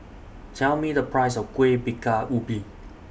Tell Me The Price of Kueh Bingka Ubi